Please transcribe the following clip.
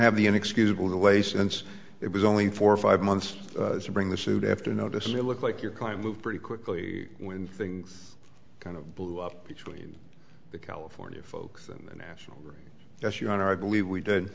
have the inexcusable the way since it was only for five months to bring the suit after notice you look like your climate pretty quickly when things kind of blew up between the california folks and the national that's your honor i believe we did